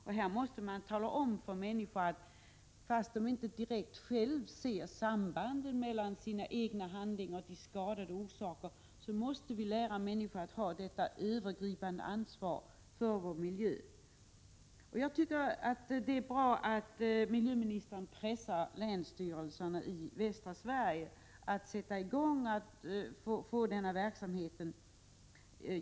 Det måste talas om för människor att fastän de inte själva ser något direkt samband mellan sina egna handlingar och de skador som förorsakas måste de lära sig att ta ett övergripande ansvar för vår miljö. Jag tycker att det är bra att miljöministern pressar länsstyrelserna i västra Sverige att sätta i gång denna verksamhet.